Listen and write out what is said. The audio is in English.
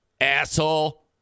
Asshole